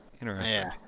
Interesting